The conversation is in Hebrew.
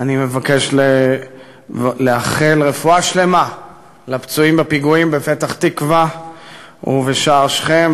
אני מבקש לאחל רפואה שלמה לפצועים בפיגועים בפתח-תקווה ובשער שכם.